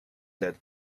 led